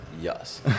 Yes